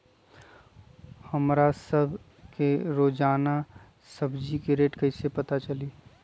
हमरा सब के रोजान सब्जी के रेट कईसे पता चली?